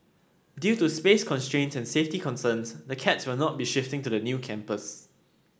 due to space constraints and safety concerns the cats will not be shifting to the new campus